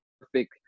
perfect